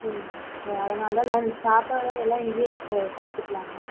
ம் சரி அதனாலதான் எல்லாேரும் சாப்பாடு எல்லாம் இங்கேயே சாப்பிட்டுக்கலாங்க